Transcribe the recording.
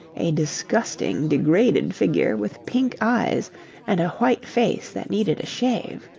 a disgusting, degraded figure with pink eyes and a white face that needed a shave.